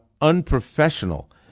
unprofessional